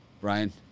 Brian